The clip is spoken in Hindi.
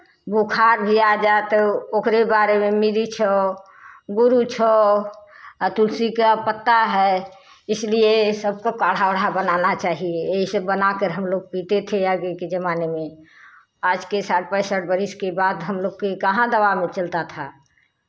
बुखार भी आ जा तो ओकरे बारे में मरीच हो गुरुच हो आ तुलसी का पत्ता है इसलिए ये सबको काढ़ा ओढ़ा बनाना चाहिए यही सब बनाकर हम लोग पीते थे आगे के ज़माने में आज के साठ पैंसठ बरस के बाद हम लोग के कहाँ दवा चलता था